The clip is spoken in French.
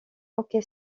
hockey